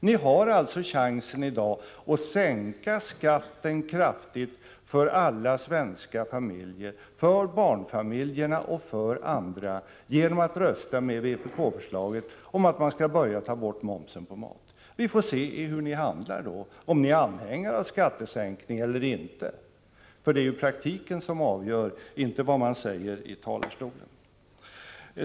Ni har alltså chansen i dag att sänka skatten kraftigt för alla svenska familjer, för barnfamiljer och andra, genom att rösta med vpk-förslaget om att man tar bort momsen på mat. Vi får se hur ni handlar då — om ni är anhängare av skattesänkningar eller inte. Det är ju praktiken som avgör, inte vad man säger i talarstolen.